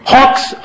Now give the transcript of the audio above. Hawks